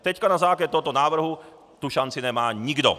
Teď na základě tohoto návrhu tu šanci nemá nikdo.